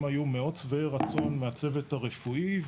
היו מאוד שבעי רצון מהצוות הרפואי,